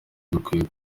dukwiye